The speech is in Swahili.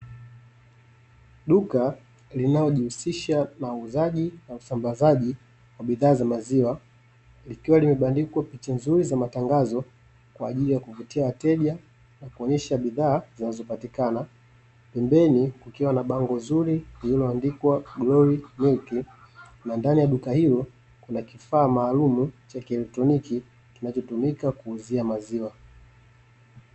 Duka linaojihusisha na uuzaji na usambazaji wa bidhaa za maziwa, likiwa limebandikwa picha nzuri za matangazo kwa ajili ya kuvutia wateja na kuonyesha bidhaa zinazopatikana. Pembeni kukiwa na bango nzuri lililoandikwa Glory Milk, na ndani ya duka hilo kuna kifaa maalum cha kilitoniki kinachotumika kuuzia maziwa.